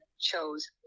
chose